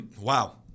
Wow